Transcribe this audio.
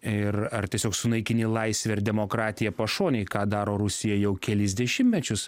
ir ar tiesiog sunaikini laisvę ir demokratiją pašonėj ką daro rusija jau kelis dešimtmečius